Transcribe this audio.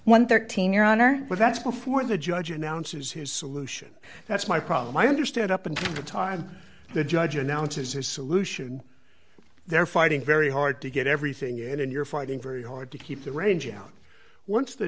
and thirteen your honor but that's before the judge announces his solution that's my problem i understand up and the time the judge announces his solution they're fighting very hard to get everything in and you're fighting very hard to keep the range out once the